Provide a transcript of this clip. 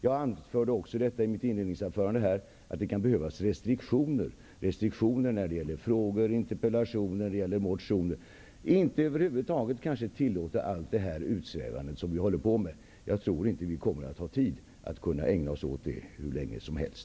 Jag anförde också i mitt inledningsanförande att det kan behövas restriktioner när det gäller frågor, interpellationer och motioner. Vi skall kanske inte tillåta allt det utsvävande som vi håller på med. Jag tror inte att vi kommer att ha tid att ägna oss åt det hur länge som helst.